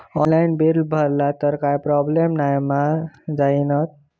Online bill भरला तर काय प्रोब्लेम नाय मा जाईनत?